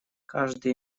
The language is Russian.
каждый